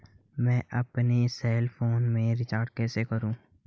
मैं अपने cell phone में रिचार्ज कैसे करूँ?